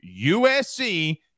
USC